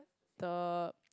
the